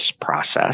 process